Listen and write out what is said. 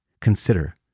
consider